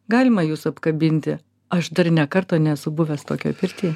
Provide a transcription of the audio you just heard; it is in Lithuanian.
galima jus apkabinti aš dar nė karto nesu buvęs tokioj pirty